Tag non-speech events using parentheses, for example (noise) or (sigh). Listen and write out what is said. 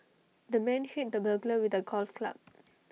the man hit the burglar with A golf club (noise)